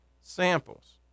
samples